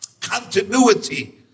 continuity